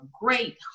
great